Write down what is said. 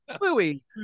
Louie